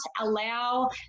allow